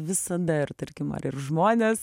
visada ir tarkim ar ir žmonės